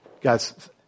Guys